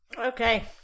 Okay